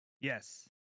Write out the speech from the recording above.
yes